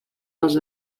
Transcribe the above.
les